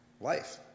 Life